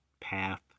path